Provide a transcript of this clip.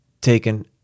taken